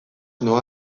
noa